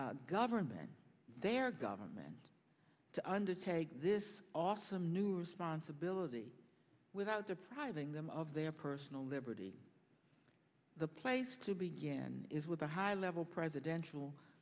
expect government their government to undertake this awesome new responsibility without depriving them of their personal liberty the place to began is with a high level presidential